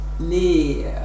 les